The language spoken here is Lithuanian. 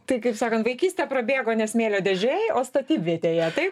tai kaip sakan vaikystė prabėgo ne smėlio dėžėj o statybvietėje taip